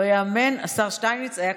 לא ייאמן, השר שטייניץ היה קצר.